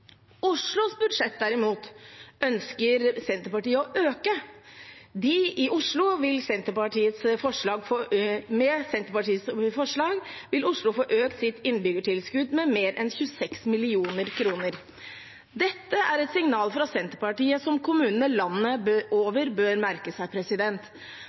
Oslos budsjett, derimot, ønsker Senterpartiet å øke. Med Senterpartiets forslag vil Oslo få økt sitt innbyggertilskudd med mer enn 26 mill. kr. Dette er et signal fra Senterpartiet som kommunene landet over bør merke seg.